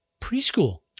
preschool